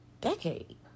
decade